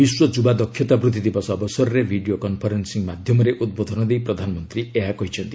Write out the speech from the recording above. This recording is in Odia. ବିଶ୍ୱ ଯୁବା ଦକ୍ଷତା ବୃଦ୍ଧି ଦିବସ ଅବସରରେ ଭିଡ଼ିଓ କନ୍ଫରେନ୍ସିଂ ମାଧ୍ୟମରେ ଉଦ୍ବୋଧନ ଦେଇ ପ୍ରଧାନମନ୍ତ୍ରୀ ଏହା କହିଛନ୍ତି